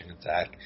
attack